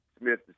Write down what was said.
Smith